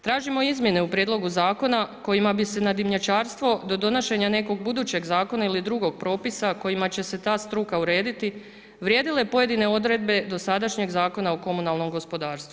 Tražimo izmjene u prijedlogu zakona kojima bi se na dimnjačarstvo do donošenja nekog budućeg zakona ili drugog propisa kojima će se ta struka urediti vrijedile pojedine odredbe dosadašnjeg Zakona o komunalnom gospodarstvu.